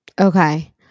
Okay